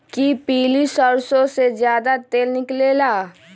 कि पीली सरसों से ज्यादा तेल निकले ला?